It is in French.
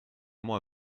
moi